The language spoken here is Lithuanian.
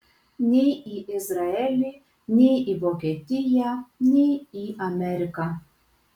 nei į izraelį nei į vokietiją nei į ameriką